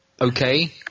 okay